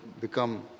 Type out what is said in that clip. become